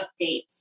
updates